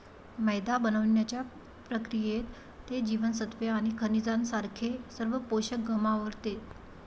मैदा बनवण्याच्या प्रक्रियेत, ते जीवनसत्त्वे आणि खनिजांसारखे सर्व पोषक गमावते